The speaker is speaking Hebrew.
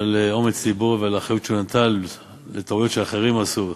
על אומץ לבו ועל האחריות שהוא נטל לטעויות שאחרים עשו,